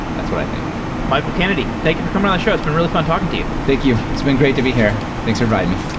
that's what i think michael kennedy, thank you for coming on the show. it's been really fun talking to you thank you. it's been great to be here. thanks for inviting me